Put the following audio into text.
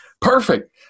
perfect